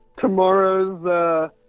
tomorrow's